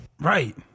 Right